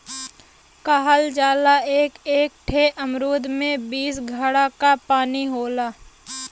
कहल जाला एक एक ठे अमरूद में बीस घड़ा क पानी होला